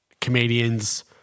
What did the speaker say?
comedians